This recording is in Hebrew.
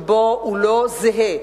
שבו הוא לא יהיה זהה.